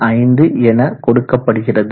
25 எனக் கொடுக்கப்படுகிறது